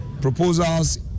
proposals